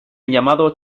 llamado